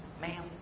ma'am